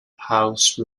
house